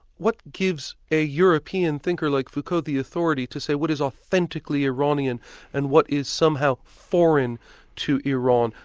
what gives a european thinker like foucault the authority to say what is authentically iranian and what is somehow foreign to iran?